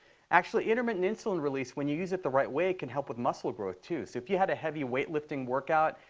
actually, intermittent insulin release, when you use it the right way, can help with muscle growth, too. so if you had a heavy weightlifting workout,